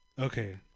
Okay